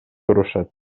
турушат